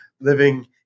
living